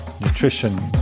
nutrition